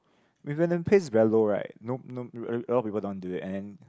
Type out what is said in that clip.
pays is very low right no no a lot people don't want do it and